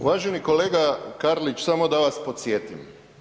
Uvaženi kolega Karlić, samo da vas podsjetim.